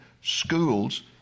schools